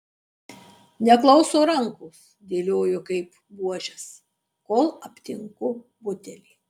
neklauso rankos dėlioju kaip buožes kol aptinku butelį